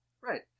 Right